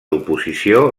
oposició